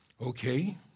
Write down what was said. okay